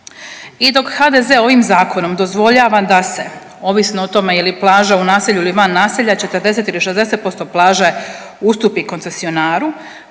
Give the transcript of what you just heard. I dok HDZ ovim Zakonom dozvoljava da se, ovisno o tome je li plaža u naselju ili van naselja, 40 ili 60% plaže ustupi koncesionaru,